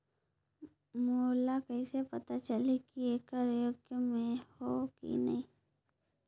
मोला कइसे पता चलही की येकर योग्य मैं हों की नहीं?